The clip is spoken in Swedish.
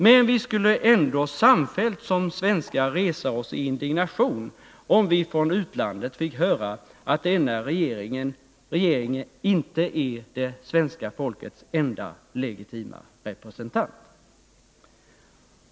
Men vi skulle ändå samfällt som svenskar resa oss i indignation, om vi från utlandet fick höra att denna regering inte är det svenska folkets enda legitima representant.